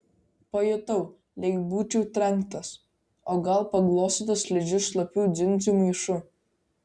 pajutau lyg būčiau trenktas o gal paglostytas slidžiu šlapių dziundzių maišu